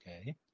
Okay